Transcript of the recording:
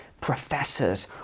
professors